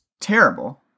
terrible